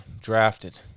drafted